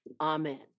amen